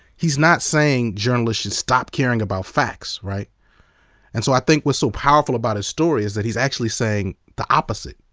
he's not saying journalists should stop caring about facts. and so i think what's so powerful about his story is that he's actually saying the opposite.